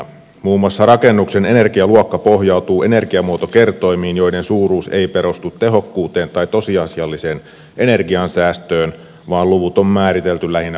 muun muassa rakennuksen energialuokka pohjautuu energiamuotokertoimiin joiden suuruus ei perustu tehokkuuteen tai tosiasialliseen energiansäästöön vaan luvut on määritelty lähinnä poliittisin perustein